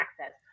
access